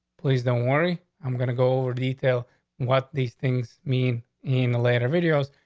please don't worry. i'm gonna go over detail what these things mean in the later videos.